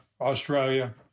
Australia